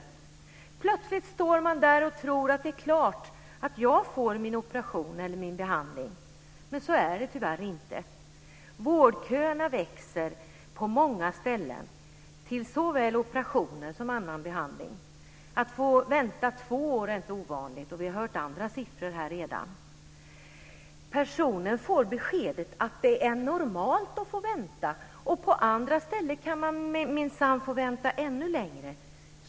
Plötsligt står man där och tror att det är klart att man får sin operation eller sin behandling. Men så är det tyvärr inte. Vårdköerna växer på många ställen till så väl operationer som annan behandling. Att få vänta två år är inte ovanligt, och vi har här redan hört andra siffror. Personen får beskedet att det är normalt att få vänta. På andra ställen kan man minsann få vänta ännu längre.